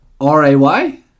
R-A-Y